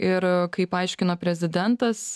ir kaip aiškino prezidentas